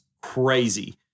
crazy